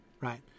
right